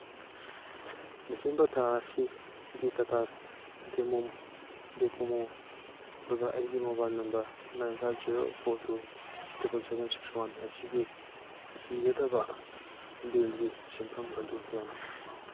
December ꯊꯥ ꯑꯁꯤꯒꯤ ꯇꯇꯥ ꯗꯦꯀꯣꯃꯣ ꯑꯣꯏꯕ ꯑꯩꯒꯤ mobile number nine five zero four two triple seven six one ꯑꯁꯤꯒꯤ ꯊꯤꯒꯗꯕ ꯕꯤꯜꯒꯤ ꯁꯦꯟꯐꯝ ꯑꯗꯨ ꯀꯌꯥꯅꯣ